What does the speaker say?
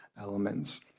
elements